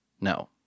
No